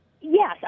Yes